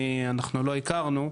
אנחנו לא הכרנו.